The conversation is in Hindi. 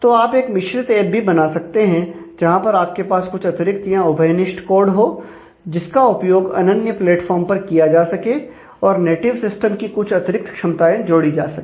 तो आप एक मिश्रित ऐप भी बना सकते हैं जहां पर आपके पास कुछ अतिरिक्त या उभयनिष्ठ कोड हो जिसका उपयोग अनन्य प्लेटफार्म पर किया जा सके और नेटिव सिस्टम की कुछ अतिरिक्त क्षमताएं जोड़ी जा सके